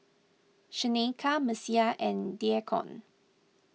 Shaneka Messiah and Deacon